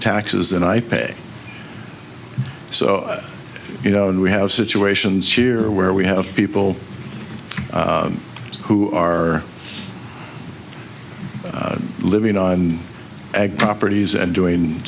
taxes than i pay so you know and we have situations here where we have people who are living on egg properties and doing